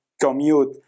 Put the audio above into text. commute